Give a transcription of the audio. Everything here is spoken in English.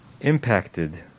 impacted